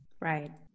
Right